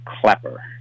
Clapper